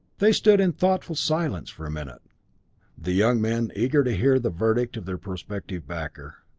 they stood in thoughtful silence for a minute the young men eager to hear the verdict of their prospective backer.